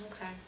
Okay